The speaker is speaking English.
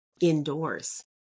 indoors